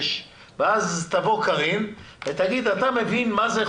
כאשר אנחנו כבר יודעים שבשביל לעמוד